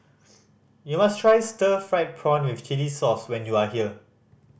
you must try stir fried prawn with chili sauce when you are here